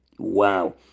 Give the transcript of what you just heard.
wow